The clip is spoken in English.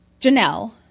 Janelle